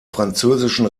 französischen